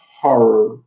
horror